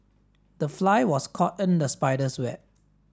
the fly was caught in the spider's web